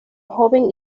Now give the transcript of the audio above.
joven